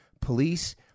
police